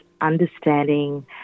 understanding